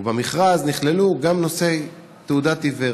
ובמכרז נכללו גם נושאי תעודת עיוור.